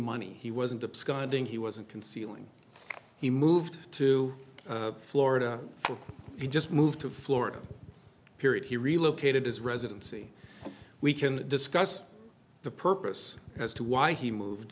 money he wasn't up skydiving he wasn't concealing he moved to florida he just moved to florida period he relocated his residency we can discuss the purpose as to why he moved